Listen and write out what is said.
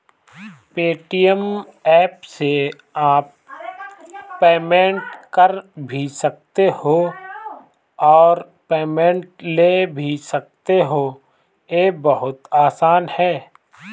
Paytm app से आप payment कर भी सकते हो और पेमेंट ले भी सकते हो, ये बहुत आसान है